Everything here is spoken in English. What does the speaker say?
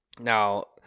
Now